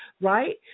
right